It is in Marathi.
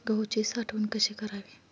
गहूची साठवण कशी करावी?